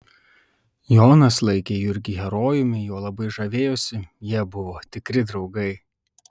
jonas laikė jurgį herojumi juo labai žavėjosi jie buvo tikri draugai